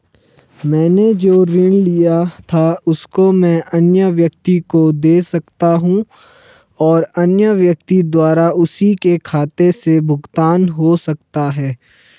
मैंने जो ऋण लिया था उसको मैं अन्य व्यक्ति को दें सकता हूँ और अन्य व्यक्ति द्वारा उसी के खाते से भुगतान हो सकता है?